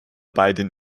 beiden